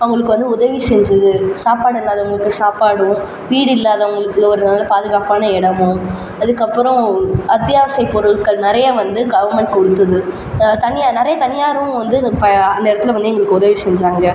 அவங்களுக்கு வந்து உதவி செஞ்சுது சாப்பாடு இல்லாதவங்களுக்கு சாப்பாடும் வீடு இல்லாதவங்களுக்கு ஒரு நல்ல பாதுகாப்பான இடமும் அதுக்கப்புறம் அத்தியாவசிய பொருட்கள் நிறையா வந்து கவர்ன்மெண்ட் கொடுத்துது தனியாக நிறையா தனியாக ரூம் வந்து இப்போ அந்த இடத்துல வந்து எங்களுக்கு உதவி செஞ்சாங்க